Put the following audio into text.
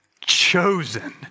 Chosen